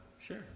sure